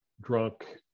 drunk